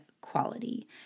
quality